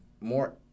more